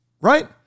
Right